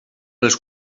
les